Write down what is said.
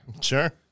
Sure